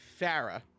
farah